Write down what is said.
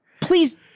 Please